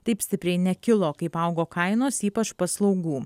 taip stipriai nekilo kaip augo kainos ypač paslaugų